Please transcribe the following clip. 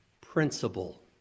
principle